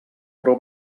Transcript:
però